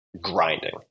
grinding